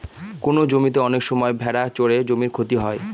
কোনো জমিতে অনেক সময় ভেড়া চড়ে জমির ক্ষতি হয়